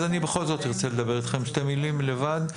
אז אני בכל זאת ארצה לדבר אתכם שתי מילים לבד.